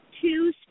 Two